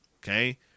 Okay